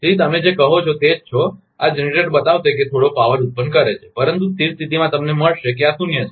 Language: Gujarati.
તેથી તમે જે કહો છો તે જ છો આ જનરેટર બતાવશે કે થોડો પાવર ઉત્પન્ન કરે છે પરંતુ સ્થિર સ્થિતિમાં તમને મળશે કે આ શૂન્ય છે